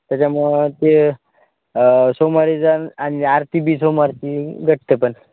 त्याच्यामुळं ते सोमवारी जान आणि आरती बी सोमवारची भेटते पण